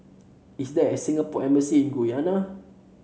is there a Singapore Embassy in Guyana